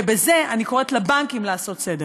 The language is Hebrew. ובזה אני קוראת לבנקים לעשות סדר.